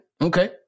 Okay